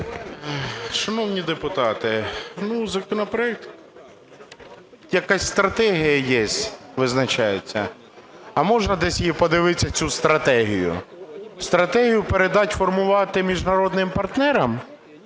Шановні депутати, законопроект… якась стратегія є, визначається. А можна десь її подивитися, цю стратегію? Стратегію - передати формувати міжнародним партнерам,